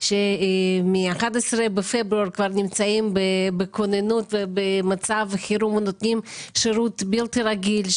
שמ-11 בפברואר כבר נמצאים בכוננות ובמצב חירום ונותנים שירות בלתי רגיל.